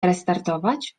restartować